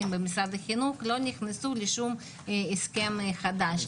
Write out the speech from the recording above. במשרד החינוך לא נכנסו לשום הסכם חדש.